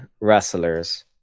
wrestlers